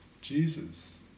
Jesus